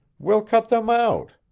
we'll cut them out.